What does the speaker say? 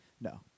No